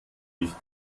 nicht